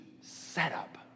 setup